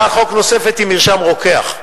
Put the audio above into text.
הצעת חוק נוספת היא מרשם רוקח.